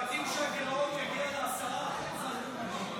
מחכים שהגירעון יגיע ל-10%.